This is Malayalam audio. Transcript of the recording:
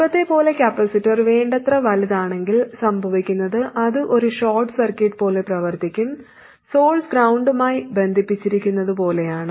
മുമ്പത്തെപ്പോലെ കപ്പാസിറ്റർ വേണ്ടത്ര വലുതാണെങ്കിൽ സംഭവിക്കുന്നത് അത് ഒരു ഷോർട്ട് സർക്യൂട്ട് പോലെ പ്രവർത്തിക്കും സോഴ്സ് ഗ്രൌണ്ടുമായി ബന്ധിപ്പിച്ചിരിക്കുന്നതുപോലെയാണ്